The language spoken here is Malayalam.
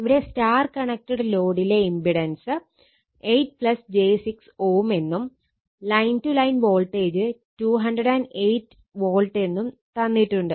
ഇവിടെ Y കണക്റ്റഡ് ലോഡിലെ ഇമ്പിടൻസ് 8 j 6 Ω എന്നും line to line voltage 208 volt എന്നും തന്നിട്ടുണ്ട്